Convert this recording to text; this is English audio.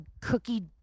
cookie